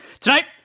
Tonight